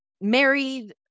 married